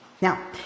Now